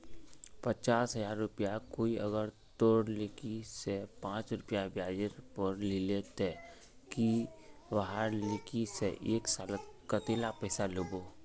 पचास हजार रुपया कोई अगर तोर लिकी से पाँच रुपया ब्याजेर पोर लीले ते ती वहार लिकी से एक सालोत कतेला पैसा लुबो?